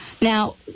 Now